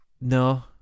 No